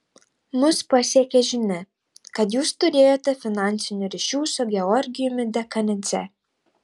mus pasiekė žinia kad jūs turėjote finansinių ryšių su georgijumi dekanidze